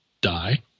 die